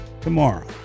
tomorrow